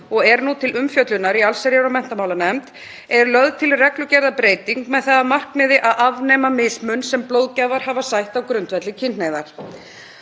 og er nú til umfjöllunar í allsherjar- og menntamálanefnd, er lögð til reglugerðarbreyting með það að markmiði að afnema mismun sem blóðgjafar hafa sætt á grundvelli kynhneigðar.